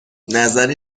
نظری